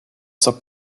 saab